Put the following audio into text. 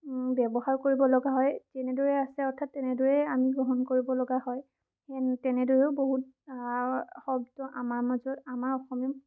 ব্যৱহাৰ কৰিব লগা হয় যেনেদৰে আছে অৰ্থাৎ তেনেদৰে আমি গ্ৰহণ কৰিব লগা হয় তেনে তেনেদৰেও বহুত শব্দ আমাৰ মাজত আমাৰ অসমীয়া